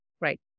Right